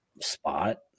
spot